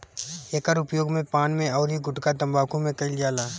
एकर उपयोग पान में अउरी गुठका तम्बाकू में कईल जाला